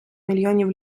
мільйонів